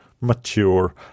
mature